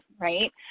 right